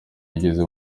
ugeze